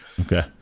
Okay